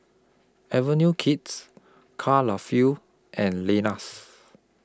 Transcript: Avenue Kids Karl feel and Lenas